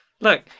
Look